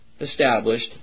established